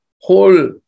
whole